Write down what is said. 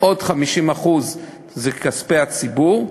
עוד 50% זה כספי הציבור,